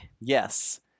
Yes